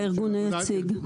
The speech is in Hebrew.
הארגון היציג.